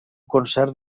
concert